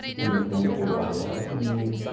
in this wonderful world of ours. and